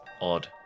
Odd